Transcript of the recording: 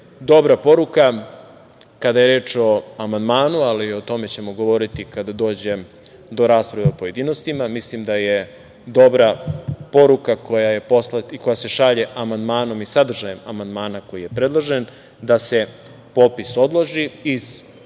dobra poruka kada je reč o amandmanu, ali o tome ćemo govoriti kada dođe do rasprave u pojedinostima. Mislim da je dobra poruka koja se šalje amandmanom i sadržajem amandmana koji je predložen, da se popis odloži iz